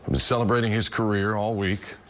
the celebrating his career all week.